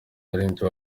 baririmbyi